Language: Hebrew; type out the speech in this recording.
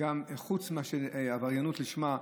חוץ מאשר העבריינות לשמה,